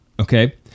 Okay